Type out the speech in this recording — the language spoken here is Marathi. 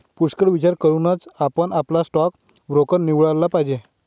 पुष्कळ विचार करूनच आपण आपला स्टॉक ब्रोकर निवडला पाहिजे